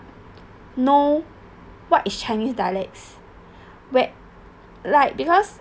no what is chinese dialects where like because